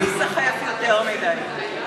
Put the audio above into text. לא להיסחף יותר מדי.